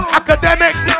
academics